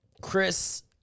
Chris